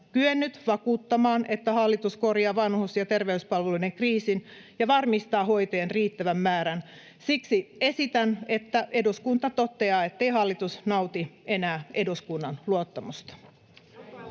kyennyt vakuuttamaan, että hallitus korjaa vanhus- ja terveyspalveluiden kriisin ja varmistaa hoitajien riittävän määrän. Siksi esitän, että eduskunta toteaa, ettei hallitus nauti enää eduskunnan luottamusta.